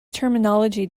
terminology